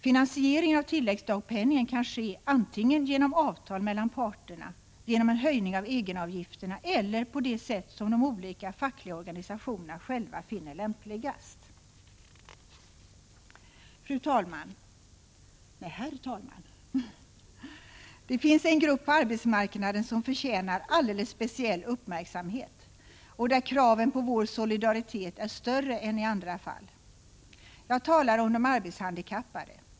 Finansieringen kan ske antingen genom avtal mellan parterna, genom en höjning av egenavgifterna eller på sätt som de olika fackliga organisationerna själva finner lämpligast. Herr talman! Det finns en grupp på arbetsmarknaden som förtjänar alldeles speciell uppmärksamhet och där kraven på vår solidaritet är högre än i andra fall. Jag talar om de arbetshandikappade.